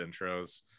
intros